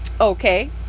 okay